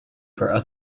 for